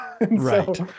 Right